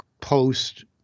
post